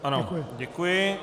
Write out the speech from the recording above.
Ano, děkuji.